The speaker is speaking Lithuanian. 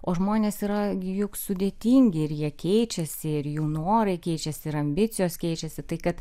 o žmonės yra gi juk sudėtingi ir jie keičiasi ir jų norai keičiasi ir ambicijos keičiasi tai kad